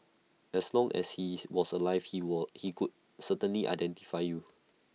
as long as he's was alive he would could certainly identify you